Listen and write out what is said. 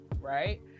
right